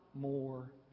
more